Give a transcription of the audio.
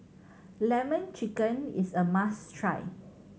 Lemon Chicken is a must try